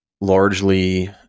largely